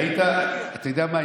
אתה יודע מה,